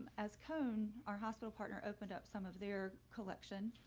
as koen, our hospital partner opened up some of their collection,